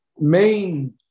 main